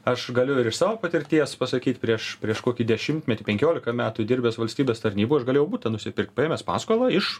aš galiu ir iš savo patirties pasakyt prieš prieš kokį dešimtmetį penkiolika metų dirbęs valstybės tarnyboj aš galėjau butą nusipirkt paėmęs paskolą iš